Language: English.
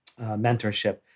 mentorship